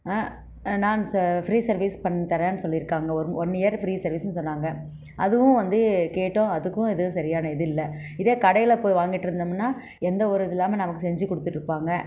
நான் free service பண்ணித்தர்றேன் சொல்லியிருக்காங்க ஒன் இயர் ஃபிரீ சர்வீஸுன்னு சொன்னாங்க அதுவும் வந்து கேட்டும் அதுக்கும் எதுவும் சரியான இது இல்லை இதே கடையில் போய் வாங்கிட்டுருந்தோம்னா எந்த ஒரு இது இல்லாமல் நமக்கு செஞ்சு கொடுத்துட்ருப்பாங்க